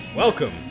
Welcome